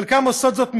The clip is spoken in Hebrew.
חלקן עושות זאת מאונס,